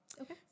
Okay